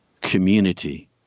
community